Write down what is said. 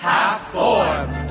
Half-formed